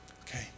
Okay